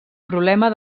problema